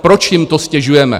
Proč jim to ztěžujeme?